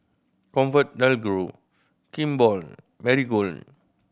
ComfortDelGro Kimball Marigold